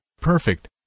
perfect